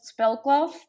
Spellcloth